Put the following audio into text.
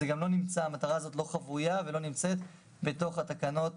המטרה הזאת גם לא חבויה ולא נמצאת בתוך התקנות